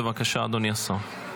בבקשה, אדוני השר.